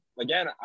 Again